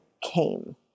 came